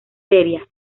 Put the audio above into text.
seria